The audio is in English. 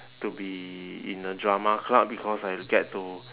to be in a drama club because I'll get to